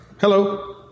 hello